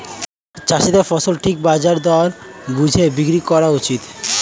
চাষীদের ফসল ঠিক বাজার দর বুঝে বিক্রি করা উচিত